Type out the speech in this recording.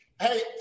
Hey